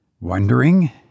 wondering